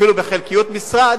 ואפילו בחלקיות משרה,